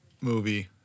movie